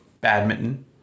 Badminton